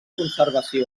conservació